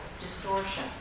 distortion